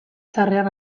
txarrean